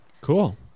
Cool